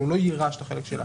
אבל הוא לא יירש את החלק שלה.